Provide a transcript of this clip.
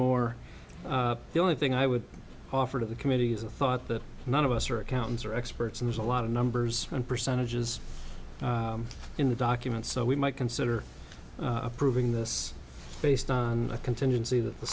more the only thing i would offer to the committee is a thought that none of us are accountants are experts in there's a lot of numbers and percentages in the document so we might consider approving this based on a contingency that the